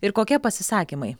ir kokie pasisakymai